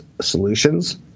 solutions